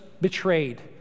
betrayed